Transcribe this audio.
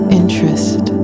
interest